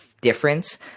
difference